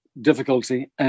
difficulty